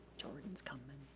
jordan's coming.